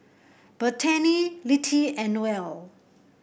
Bethany Littie and Noelle